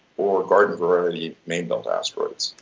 or a garden variety main belt asteroids.